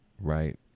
right